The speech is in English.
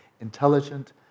intelligent